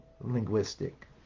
linguistic